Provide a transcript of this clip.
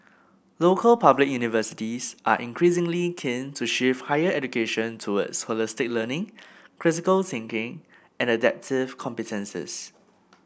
local public universities are increasingly keen to shift higher education toward holistic learning critical thinking and adaptive competences